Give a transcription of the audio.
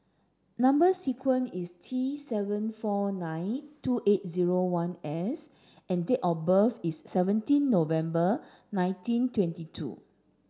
number sequence is T seven four nine two eight zero one S and date of birth is seventeen November nineteen twenty two